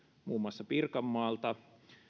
muun muassa pirkanmaalta